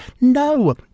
No